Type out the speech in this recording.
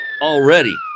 Already